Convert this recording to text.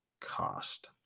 cost